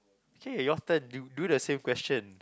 okay your turn you do the same question